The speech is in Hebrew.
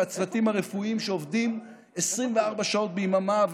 והצוותים הרפואיים שעובדים 24 שעות ביממה,